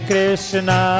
Krishna